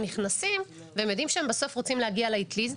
נכנסים והם יודעים שהם בסוף רוצים להגיע לאטליז,